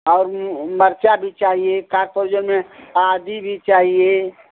और उन उन मिर्च भी चाहिये कार तोल्ये में आदि भी चाहिए